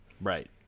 Right